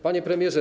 Panie Premierze!